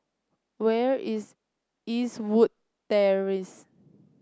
where is Eastwood Terrace